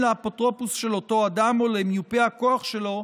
לאפוטרופוס של אותו אדם או למיופה הכוח שלו,